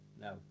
no